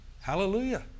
Hallelujah